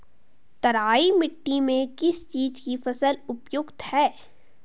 तराई मिट्टी में किस चीज़ की फसल उपयुक्त है?